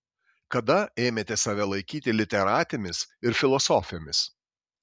kada ėmėte save laikyti literatėmis ir filosofėmis